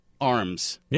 arms